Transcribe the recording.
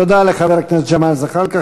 תודה לחבר הכנסת ג'מאל זחאלקה.